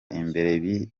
imbere